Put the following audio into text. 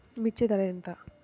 మిర్చి ధర ఎంత?